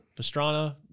Pastrana